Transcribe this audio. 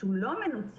שהוא לא מנוצל,